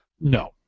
No